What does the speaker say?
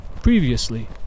...previously